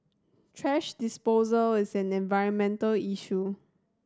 thrash disposal is an environmental issue